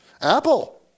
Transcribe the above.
Apple